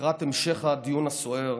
לקראת המשך הדיון הסוער,